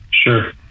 Sure